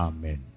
Amen